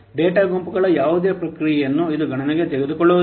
data ಗುಂಪುಗಳ ಯಾವುದೇ ಪ್ರಕ್ರಿಯೆಯನ್ನು ಇದು ಗಣನೆಗೆ ತೆಗೆದುಕೊಳ್ಳುವುದಿಲ್ಲ